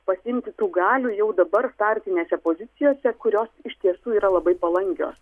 pasiimti tų galių jau dabar startinėse pozicijose kurios iš tiesų yra labai palankios